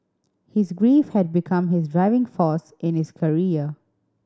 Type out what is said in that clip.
his grief had become his driving force in his career